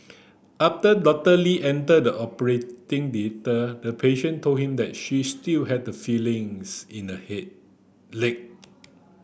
after Doctor Lee entered the operating theatre the patient told him that she still had some feelings in the leg